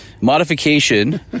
modification